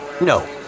No